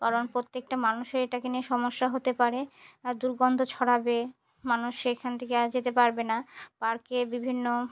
কারণ প্রত্যেকটা মানুষের এটাকে নিয়ে সমস্যা হতে পারে দুর্গন্ধ ছড়াবে মানুষ সেখান থেকে যেতে পারবে না পার্কে বিভিন্ন